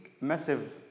massive